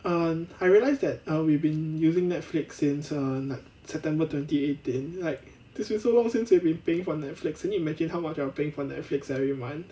um I realized that um we've been using Netflix since um like september twenty eighteen like it's been so long since I've been paying for Netflix can you imagine how much I'm paying for Netflix every month